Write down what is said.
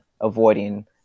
avoiding